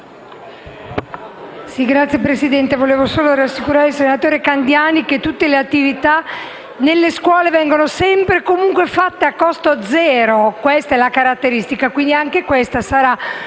Signor Presidente, volevo rassicurare il senatore Candiani che tutte le attività nelle scuole vengono sempre e comunque fatte a costo zero. Questa è la caratteristica. Anche questa sarà